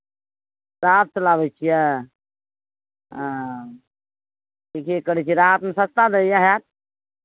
राहतसँ लाबै छियै हँ ठीके करै छियै राहतमे सस्ता दैत हएत